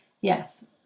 Yes